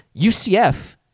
ucf